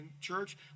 church